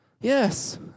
Yes